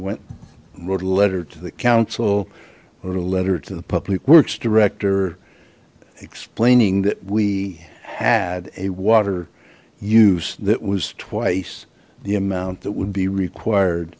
went wrote a letter to the council or a letter to the public works director explaining that we had a water use that was twice the amount that would be required